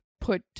put